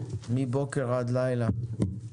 מבוקר עד לילה.